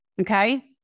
Okay